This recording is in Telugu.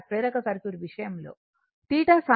ప్రేరక సర్క్యూట్ విషయంలో θ సానుకూలంగా ఉంది